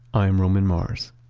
i'm roman mars